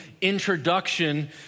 introduction